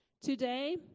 Today